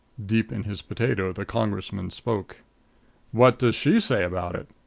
deep in his potato the congressman spoke what does she say about it?